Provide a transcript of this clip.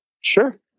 Sure